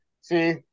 See